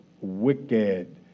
wicked